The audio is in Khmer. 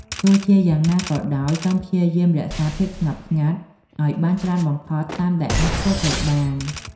ទោះបីជាយ៉ាងណាក៏ដោយ សូមព្យាយាមរក្សា ភាពស្ងប់ស្ងាត់ ឲ្យបានច្រើនបំផុតតាមដែលអាចធ្វើទៅបាន។